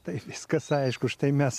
tai viskas aišku štai mes